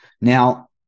Now